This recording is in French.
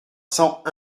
cent